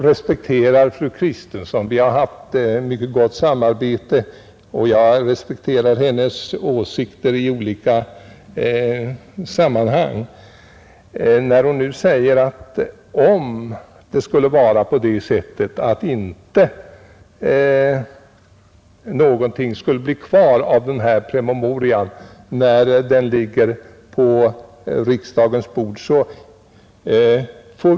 Herr talman! Fru Kristensson och jag har haft ett mycket gott samarbete, och jag respekterar hennes åsikter i olika sammanhang. Nu säger hon emellertid att det kanske inte blir någonting kvar av denna departementspromemoria, när propositionen skall läggas på riksdagens bord.